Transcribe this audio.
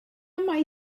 mai